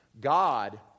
God